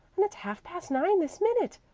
and it's half-past nine this minute.